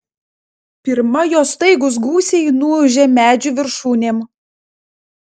pirma jo staigūs gūsiai nuūžė medžių viršūnėm